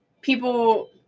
people